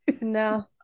no